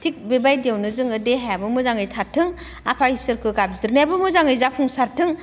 थिग बेबायदियाव जोङो देहायाबो मोजाङै थाथों आफा इसोरखो गाबज्रिनायाबो मोजाङै जाफुंसारथों